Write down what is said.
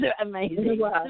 amazing